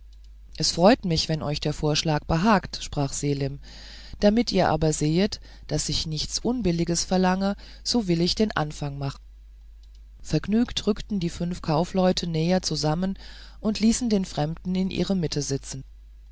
es freut mich wenn euch der vorschlag behagt sprach selim damit ihr aber sehet daß ich nichts unbilliges verlange so will ich den anfang machen vergnügt rückten die fünf kaufleute näher zusammen und ließen den fremden in ihre mitte sitzen